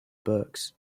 books